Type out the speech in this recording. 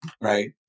right